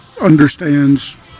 understands